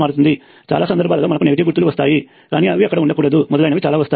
చాలా సందర్భాలలో మనకు నెగటివ్ గుర్తులు వస్తాయి కానీ అవి అక్కడ ఉండకూడదు మొదలైనవి చాలా వస్తాయి